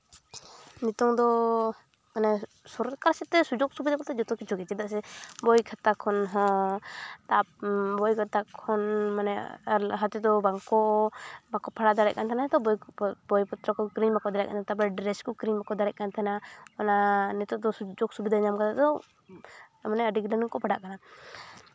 ᱱᱤᱛᱚᱜ ᱫᱚ ᱢᱟᱱᱮ ᱥᱚᱨᱠᱟᱨ ᱥᱮᱫᱛᱮ ᱥᱩᱡᱚᱜᱽ ᱥᱩᱵᱤᱫᱷᱟ ᱠᱟᱛᱮᱜ ᱡᱚᱛᱚ ᱠᱤᱪᱷᱩᱜᱮ ᱪᱮᱫᱟᱜ ᱥᱮ ᱵᱳᱭ ᱠᱷᱟᱛᱟ ᱠᱷᱚᱱ ᱦᱚᱸ ᱛᱟᱯ ᱵᱚᱭ ᱠᱷᱟᱛᱟ ᱠᱷᱚᱱ ᱢᱟᱱᱮ ᱟᱨ ᱞᱟᱦᱟ ᱛᱮᱫᱚ ᱵᱟᱝᱠᱚ ᱵᱟᱠᱚ ᱯᱟᱲᱦᱟᱣ ᱫᱟᱲᱮᱭᱟᱜ ᱠᱟᱱ ᱛᱟᱦᱮᱸᱜ ᱛᱚ ᱵᱳᱭ ᱠᱚ ᱵᱳᱭ ᱯᱚᱛᱨᱚ ᱠᱚ ᱠᱤᱨᱤᱧ ᱵᱟᱠᱚ ᱫᱟᱲᱮᱭᱟᱜ ᱠᱟᱱ ᱛᱟᱦᱮᱸᱜ ᱛᱟᱨᱯᱚᱨᱮ ᱰᱨᱮᱥ ᱠᱚ ᱠᱤᱨᱤᱧ ᱵᱟᱠᱚ ᱫᱟᱲᱮᱭᱟᱜ ᱠᱟᱱ ᱛᱟᱦᱮᱱᱟ ᱚᱱᱟ ᱱᱤᱛᱚᱜ ᱫᱚ ᱥᱩᱡᱚᱜᱽ ᱥᱩᱵᱤᱫᱷᱟ ᱧᱟᱢ ᱠᱟᱛᱮᱜ ᱫᱚ ᱢᱟᱱᱮ ᱟᱹᱰᱤ ᱜᱚᱴᱟᱝ ᱜᱮᱠᱚ ᱯᱟᱲᱦᱟᱜ ᱠᱟᱱᱟ